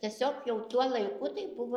tiesiog jau tuo laiku tai buvo